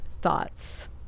thoughts